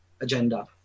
agenda